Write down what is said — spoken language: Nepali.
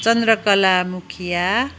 चन्द्रकला मुखिया